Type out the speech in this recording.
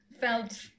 felt